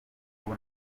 ubu